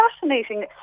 fascinating